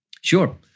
Sure